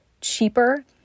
cheaper